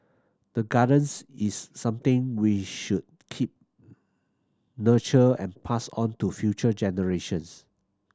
the gardens is something we should keep nurture and pass on to future generations